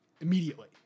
immediately